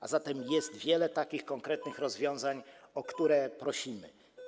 A zatem jest wiele konkretnych rozwiązań, o które prosimy.